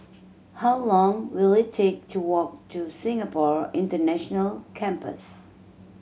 how long will it take to walk to Singapore International Campus